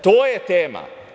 To je tema.